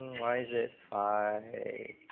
why is it five a